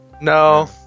no